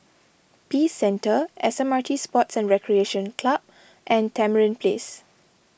Peace Centre S M R T Sports and Recreation Club and Tamarind Place